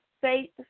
faith